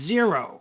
Zero